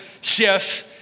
shifts